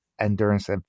endurance